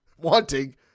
wanting